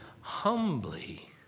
humbly